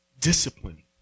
Discipline